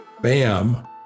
BAM